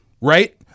Right